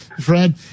Fred